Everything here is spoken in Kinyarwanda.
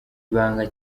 ibanga